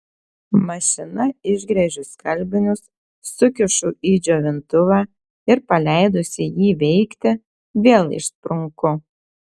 mašina išgręžiu skalbinius sukišu į džiovintuvą ir paleidusi jį veikti vėl išsprunku